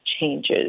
Changes